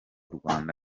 rwanda